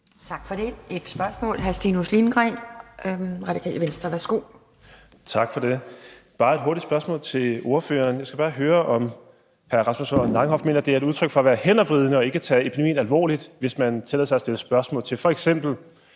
Venstre. Værsgo. Kl. 15:16 Stinus Lindgreen (RV): Tak for det. Det er bare et hurtigt spørgsmål til ordføreren. Jeg skal bare høre, om hr. Rasmus Horn Langhoff mener, at det er et udtryk for at være hændervridende og ikke at tage epidemien alvorligt, hvis man tillader sig at stille spørgsmål til f.eks.